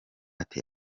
ati